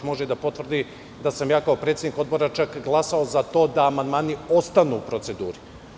Može da potvrdi da sam kao predsednik Odbora glasao za to da amandmani ostanu u proceduri.